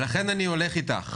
לכן אני הולך איתך,